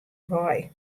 wei